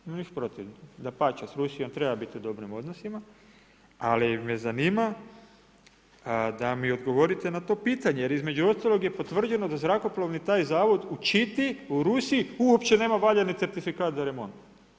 Nemam ništa protiv, dapače s Rusijom treba biti u dobrim odnosima, ali me zanima, da mi odgovorite na to pitanje, jer između ostalog je potvrđeno da zrakoplovni taj zavod u Čitiji i Rusiji, uopće nema valjani certifikat za remont.